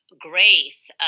grace